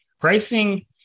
Pricing